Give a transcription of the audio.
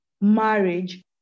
marriage